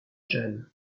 jeune